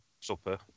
Supper